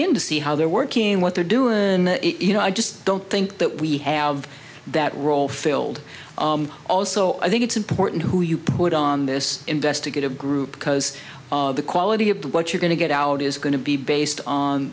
in to see how they're working what they're doing you know i just don't think that we have that role filled also i think it's important who you put on this investigative group because the quality of what you're going to get out is going to be based on